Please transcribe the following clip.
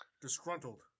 disgruntled